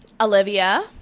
Olivia